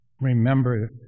remember